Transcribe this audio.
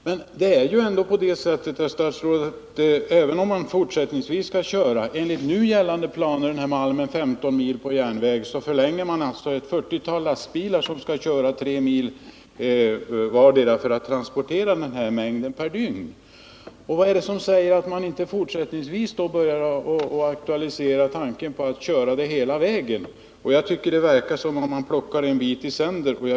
Men, herr statsrådet, även om man fortsättningsvis skall köra malmen enligt nu gällande planer 15 mil på järnväg, så behövs ändå ett 40-tal lastbilar som får köra vardera tre mil per dygn för att transportera den här mängden. Vad är det då som säger att man inte i en framtid aktualiserar tanken på en transport med lastbil hela vägen? Det verkar som om man plockar en bit i sänder.